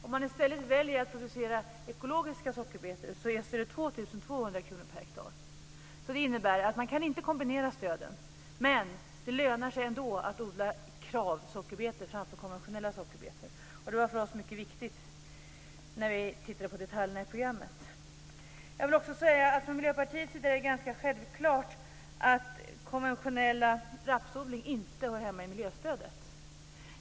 Om man i stället väljer att producera ekologiska sockerbetor är stödet 2 200 kr per hektar. Det innebär att man inte kan kombinera stöden, men det lönar sig ändå att odla Det var för oss mycket viktigt när vi tittade på detaljerna i programmet. Jag vill säga att det från Miljöpartiets sida är ganska självklart att konventionell rapsodling inte hör hemma i miljöstödet.